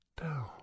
Down